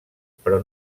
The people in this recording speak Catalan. però